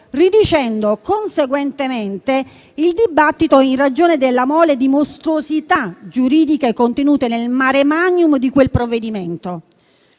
riducendo conseguentemente il dibattito in ragione della mole di mostruosità giuridiche contenute nel *mare magnum* di quel provvedimento.